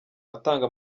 atanga